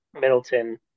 Middleton